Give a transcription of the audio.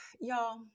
y'all